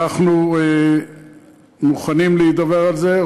אנחנו מוכנים להידבר על זה,